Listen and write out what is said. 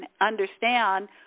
understand